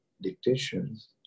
dictations